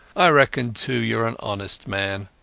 i reckon, too, youare an honest man,